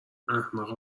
احمق